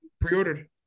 pre-ordered